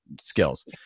skills